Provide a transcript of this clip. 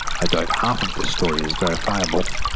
i doubt half of this story is verifiable,